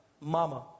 mama